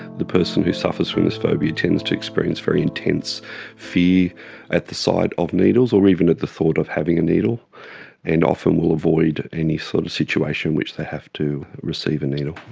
the person who suffers from this phobia tends to experience very intense fear at the sight of needles or even at the thought of having a needle and often will avoid any sort of situation in which they have to receive a needle.